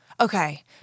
Okay